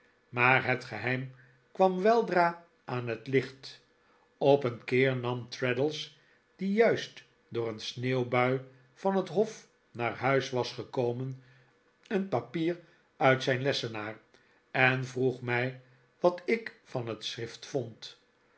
maar het geheim kwam weldra aan het licht op een keer nam traddles die juist door een sneeuwbui van het hof naar huis was gekomen een papier uit zijn lessenaar en vroeg mij wat ik van het schrift vond